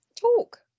Talk